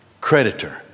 creditor